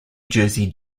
jersey